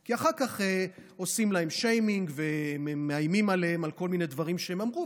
כי אחר כך עושים להם שיימינג ומאיימים עליהם על כל מיני דברים שהם אמרו.